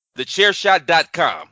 thechairshot.com